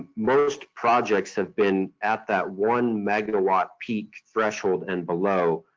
most projects have been at that one-megawatt peak threshold and below,